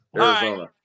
Arizona